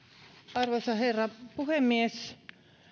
arvoisa herra puhemies